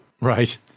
Right